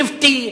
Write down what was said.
שבטי,